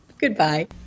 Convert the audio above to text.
Goodbye